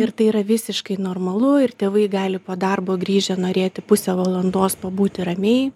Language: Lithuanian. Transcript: ir tai yra visiškai normalu ir tėvai gali po darbo grįžę norėti pusę valandos pabūti ramiai